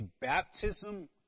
baptism